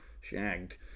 shagged